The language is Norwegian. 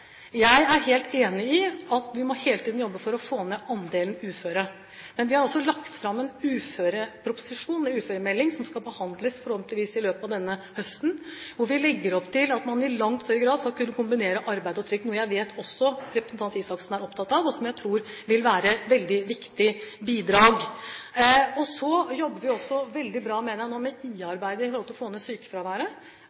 Jeg er helt enig i at vi hele tiden må jobbe for å få ned andelen uføre. Vi har også lagt fram en uføremelding som forhåpentligvis skal behandles i løpet av denne høsten. Der legger vi opp til at man i langt større grad skal kunne kombinere arbeid og trygd, noe jeg vet representanten Røe Isaksen også er opptatt av, og som jeg tror vil være et veldig viktig bidrag. Så jobber vi også veldig bra nå med IA-arbeidet når det gjelder å få ned sykefraværet. Det tror jeg